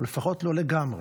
או לפחות לא לגמרי.